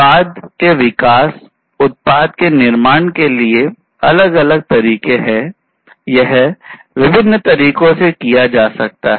उत्पाद के विकास उत्पाद के निर्माण के लिए अलग अलग तरीके हैं यह विभिन्न तरीकों से किया जा सकता है